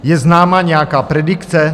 Je známa nějaká predikce?